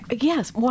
Yes